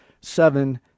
seven